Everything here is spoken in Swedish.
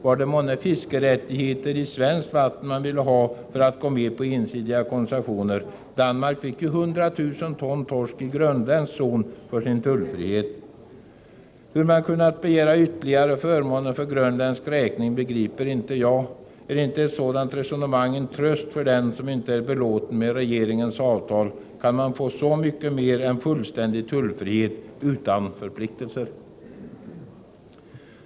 Var det månne fiskerättigheter i svenskt vatten som man ville ha för att gå med på ensidiga koncessioner? Danmark fick ju 100 000 ton torsk i grönländsk zon för sin tullfrihet. Hur man kunnat begära ytterligare förmåner för grönländsk räkning begriper inte jag. Är inte ett sådant resonemang en tröst för den som inte är belåten med regeringens avtal? Kan man få så mycket mer än fullständig tullfrihet utan förpliktelser?